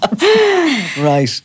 Right